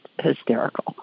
hysterical